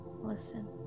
Listen